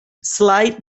slight